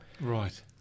Right